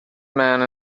man